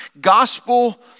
Gospel